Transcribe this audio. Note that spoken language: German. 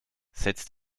setzt